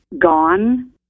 gone